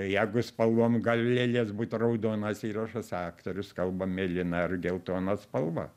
jeigu spalvom gali lėlės būt raudonas įrašas aktorius kalba mėlyna ar geltona spalva